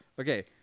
Okay